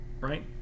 right